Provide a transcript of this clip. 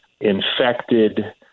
infected